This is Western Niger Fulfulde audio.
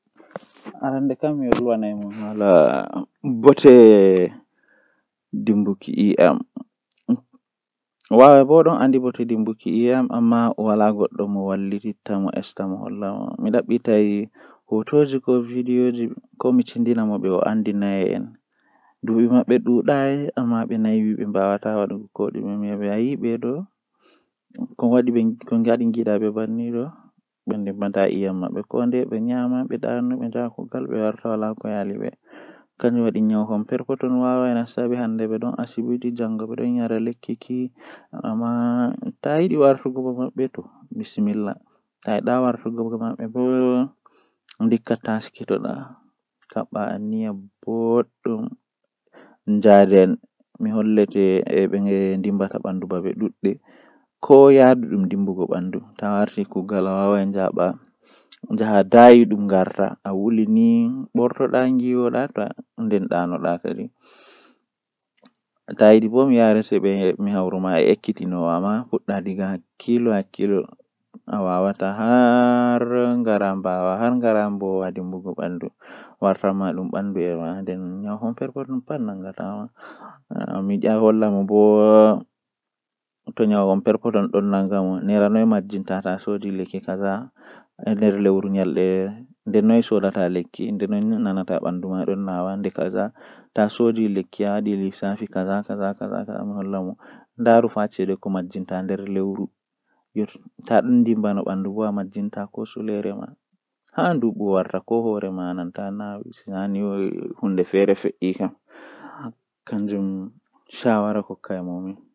Ko waɗi mi yiɗi ahoosa am kuugal haa babal kuugal ma ngam to ahoosi an mi habdan sosai haa kampani ma, Mi wannete kuugal no amari haaje nden mi tiɗdo masin mi wannete kala ko ayiɗi fu kala ko ayiɗi pat mi wannete haa babal kuugal ma ngam kampani man yaha yeedo.